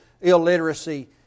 illiteracy